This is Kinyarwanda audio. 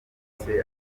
yahise